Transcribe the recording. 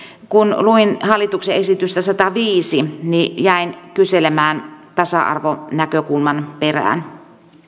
kun luin hallituksen esitystä sataviisi niin jäin kyselemään tasa arvonäkökulman perään